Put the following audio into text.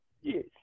Yes